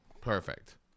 Perfect